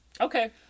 Okay